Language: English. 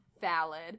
Valid